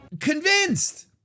Convinced